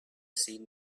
seen